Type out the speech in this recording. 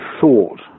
thought